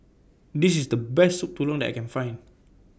This IS The Best Soup Tulang that I Can Find